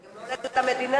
זה לא עולה למדינה.